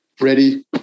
ready